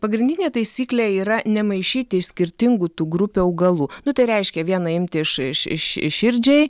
pagrindinė taisyklė yra nemaišyti iš skirtingų tų grupių augalų nu tai reiškia vieną imti iš iš iš širdžiai